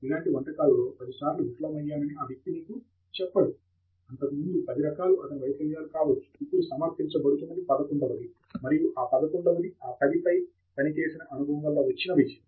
ఇలాంటి వంటకాలలో పది సార్లు విఫలమయ్యానని ఆ వ్యక్తి మీకు చెప్పడు అంతకు ముందు పది రకాలు అతని వైఫల్యాలు కావచ్చు ఇప్పుడు సమర్పించబడుతున్నడి పదకొండవది మరియు ఈ పదకొండవది ఆ పది పై పనిచేసిన అనుభవం వల్ల వచ్చిన విజయం